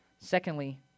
Secondly